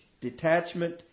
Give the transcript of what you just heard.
detachment